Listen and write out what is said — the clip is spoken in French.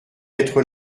être